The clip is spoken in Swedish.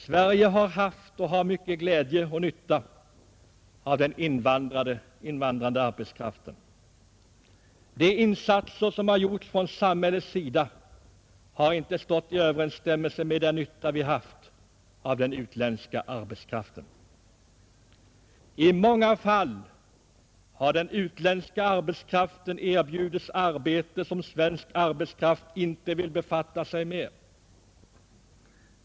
Sverige har haft och har mycken glädje och nytta av den invandrade arbetskraften. De insatser som har gjorts från samhällets sida har inte stått i överensstämmelse med den nytta vi haft av den utländska arbetskraften. I många fall har den utländska arbetskraften erbjudits arbeten som svensk arbetskraft inte vill befatta sig med.